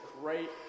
great